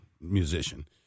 musician